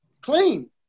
clean